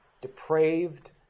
depraved